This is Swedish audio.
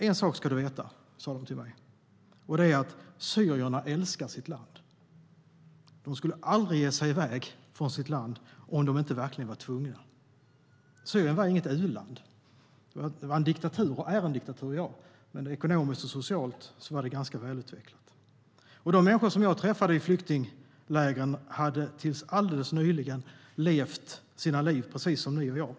De sa: En sak ska du veta, och det är att syrierna älskar sitt land. De skulle aldrig ge sig i väg från sitt land om de inte verkligen var tvungna. Syrien var inget u-land. Det var en diktatur och är en diktatur i dag. Men ekonomiskt och socialt var det ganska välutvecklat. De människor som jag träffade i flyktinglägren hade tills alldeles nyligen levt sina liv precis som ni och jag.